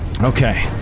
Okay